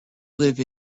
live